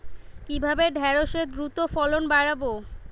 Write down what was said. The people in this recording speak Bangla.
কিভাবে ঢেঁড়সের দ্রুত ফলন বাড়াব?